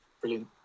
Brilliant